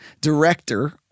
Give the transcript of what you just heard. director